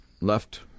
left